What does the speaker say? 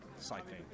cycling